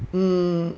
mm